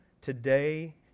Today